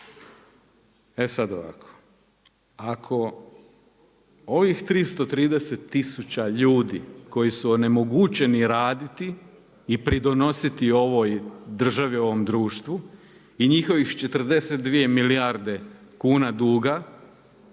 E sada ovako, ako ovih 330 tisuća ljudi koji su onemogućeni raditi i pridonositi ovoj državi, ovom društvu i njihovih 42 milijarde kuna duga